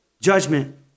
Judgment